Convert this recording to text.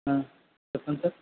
చెప్పండి సార్